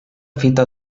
fita